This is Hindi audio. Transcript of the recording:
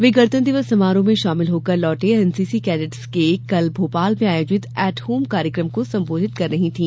वे गणतंत्र दिवस समारोह में शामिल होकर लौटे एनसीसी कैडेट्स के कल भोपाल में आयोजित एट होम कार्यक्रम को सम्बोधित कर रही थी